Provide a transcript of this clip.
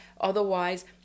Otherwise